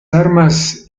armas